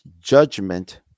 judgment